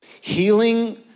Healing